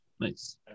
Nice